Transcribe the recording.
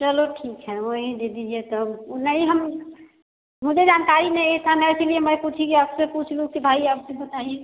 चलो ठीक है वही दे दीजिए तब वो नहीं हम मुझे जानकारी नहीं है मैं सोची कि आपसे पूछ लूँ कि भई आप ही बताइए